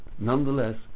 nonetheless